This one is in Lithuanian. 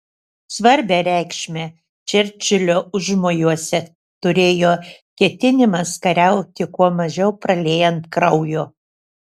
svarbią reikšmę čerčilio užmojuose turėjo ketinimas kariauti kuo mažiau praliejant kraujo